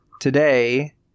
today